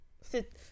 Sit